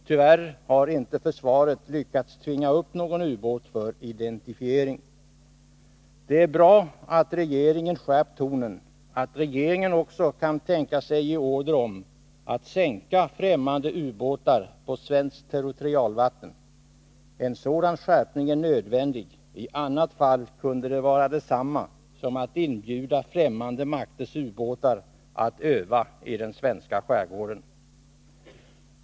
Tyvärr har inte försvaret lyckats tvinga upp någon ubåt för identifiering. Det är bra att regeringen skärpt tonen och att regeringen också kan tänka sig att ge order om att sänka främmande ubåtar på svenskt territorialvatten. En sådan skärpning är nödvändig — något annat vore detsamma som att inbjuda främmande makters ubåtar att öva i den svenska skärgården.